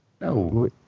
No